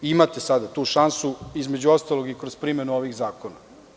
Imate sada tu šansu između ostalog i kroz primenu ovih zakona.